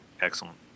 Excellent